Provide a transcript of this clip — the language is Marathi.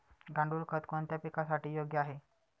गांडूळ खत कोणत्या पिकासाठी योग्य आहे?